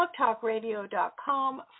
BlogTalkRadio.com